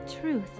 truth